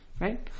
Right